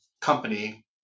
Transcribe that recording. company